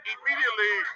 Immediately